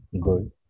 good